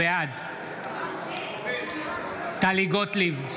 בעד טלי גוטליב,